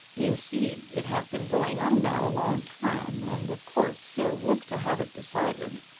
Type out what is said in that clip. you see it has been going on now a long time, and of course he'll look to have it decided.